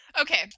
Okay